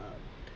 um